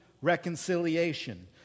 reconciliation